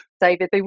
David